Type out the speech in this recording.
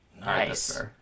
Nice